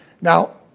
Now